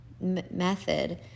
method